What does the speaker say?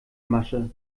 masche